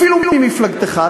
אפילו ממפלגתך,